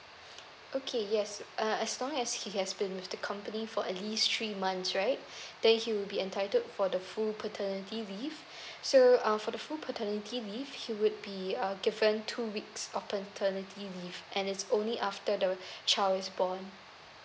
okay yes uh as long as he has been with the company for at least three months right then he will be entitled for the full paternity leave so uh for the full paternity leave he would be uh given two weeks of paternity leave and it's only after the child is born